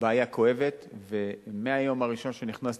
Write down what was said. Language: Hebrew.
בעיה כואבת, ומהיום הראשון שנכנסתי,